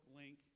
link